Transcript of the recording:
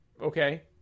Okay